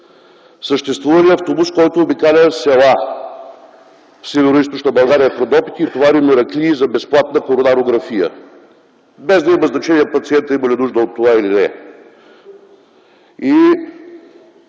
Съществува ли автобус, който обикаля села в Североизточна България и в Родопите и товари мераклии за безплатна коронарография, без да има значение пациентът има ли нужда от това или не?